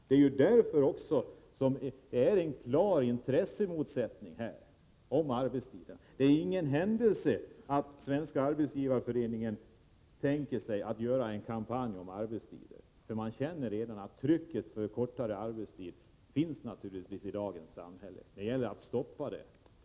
Det är också därför som det finns en klar intressemotsättning i fråga om arbetstiden. Det är ingen händelse att Svenska arbetsgivareföreningen tänker sig att genomföra en kampanj när det gäller arbetstider. Man känner redan att trycket för att uppnå kortare arbetstid naturligtvis finns i dagens samhälle. Det gäller tydligen att stoppa det.